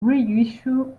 reissue